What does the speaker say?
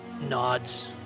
nods